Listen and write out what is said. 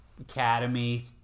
academy